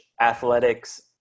athletics